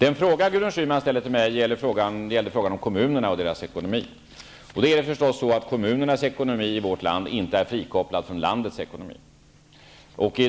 Gudrun Schymans fråga till mig gällde kommunernas ekonomi. Den kommunala ekonomin i vårt land är förstås inte frikopplad från landets ekonomi.